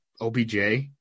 OBJ